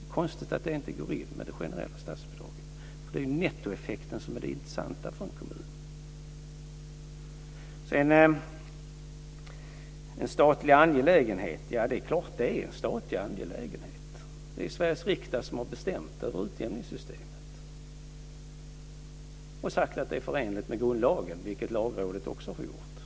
Det är konstigt att det inte går in med det generella statsbidraget, för det är ju nettoeffekten som är det intressanta för en kommun. När det sedan gäller frågan om en statlig angelägenhet är det klart att utjämningssystemet är en statlig angelägenhet. Det är ju Sveriges riksdag som har beslutat om utjämningssystemet och sagt att det är förenligt med grundlagen, vilket Lagrådet också har gjort.